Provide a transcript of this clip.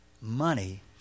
money